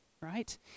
right